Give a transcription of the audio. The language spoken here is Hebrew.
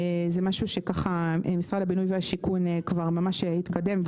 זה משהו שמשרד הבינוי והשיכון ממש התקדם בו.